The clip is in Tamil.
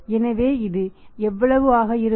எனவே இது எவ்வளவு ஆக இருக்கும்